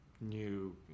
new